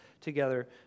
together